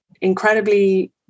incredibly